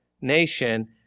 nation